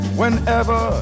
whenever